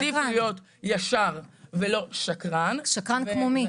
עדיף להיות ישר ולא שקרן -- שקרן כמו מי?